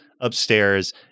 upstairs